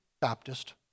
Baptist